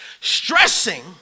Stressing